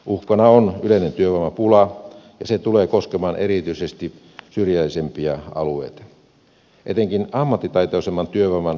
uhkana on yleinen työvoimapula ja se tulee koskemaan erityisesti syrjäisempiä alueita etenkin ammattitaitoisemman työvoiman osalta